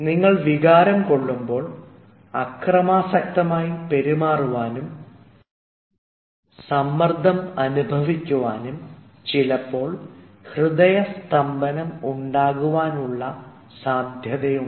നിങ്ങൾ വികാരം കൊള്ളുമ്പോൾ അക്രമാസക്തമായി പെരുമാറുവാനും സമ്മർദം അനുഭവിക്കുവാനും ചിലപ്പോൾ ഹൃദയസ്തംഭനം ഉണ്ടാകുവാനുള്ള സാധ്യതയുണ്ട്